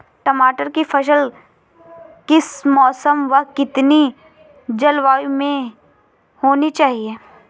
टमाटर की फसल किस मौसम व कितनी जलवायु में होनी चाहिए?